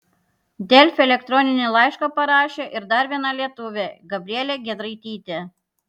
delfi elektroninį laišką parašė ir dar viena lietuvė gabrielė giedraitytė